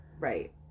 Right